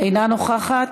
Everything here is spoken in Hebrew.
אינה נוכחת,